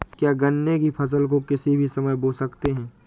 क्या गन्ने की फसल को किसी भी समय बो सकते हैं?